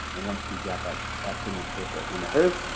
and once we got that that signature from him or her,